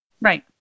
right